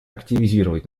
активизировать